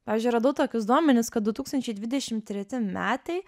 pavyzdžiui radau tokius duomenis kad du tūkstančiai dvidešimt treti metai